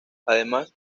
además